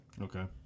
Okay